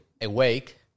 awake